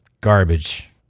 garbage